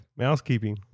mousekeeping